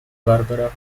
barbara